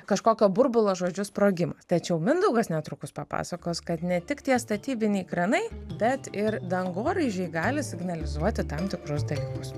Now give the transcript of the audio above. kažkokio burbulo žodžiu sprogimas tačiau mindaugas netrukus papasakos kad ne tik tie statybiniai kranai bet ir dangoraižiai gali signalizuoti tam tikrus dalykus